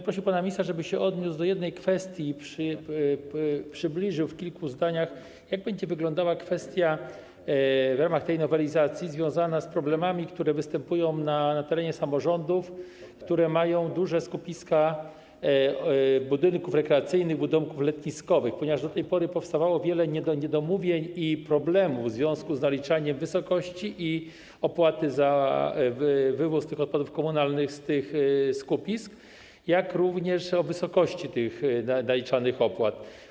Prosiłbym pana ministra, żeby się odniósł do jednej kwestii, przybliżył w kilku zdaniach, jak będzie wyglądała w ramach tej nowelizacji kwestia związana z problemami, które występują na terenie samorządów, które mają duże skupiska rekreacyjnych budynków letniskowych, ponieważ do tej pory powstawało wiele niedomówień i problemów w związku z naliczaniem opłaty za wywóz odpadów komunalnych z tych skupisk, jak również z wysokością tych naliczanych opłat.